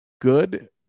good